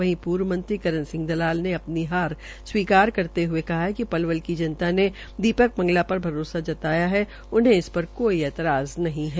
वहीं पूर्व मंत्री करण दलाल ने अपनी हजार स्वीकार करते हये कहा िक पलवल की जनता ने दीपक मंगला पर भरोसा जताया है उन्हें इस पर कोई ऐतराज नहीं है